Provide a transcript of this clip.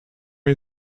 you